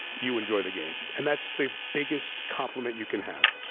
you enjoy the game. and that's the biggest compliment you can have.